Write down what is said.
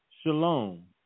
Shalom